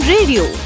Radio